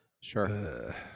Sure